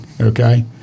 okay